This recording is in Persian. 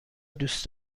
دوست